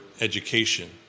education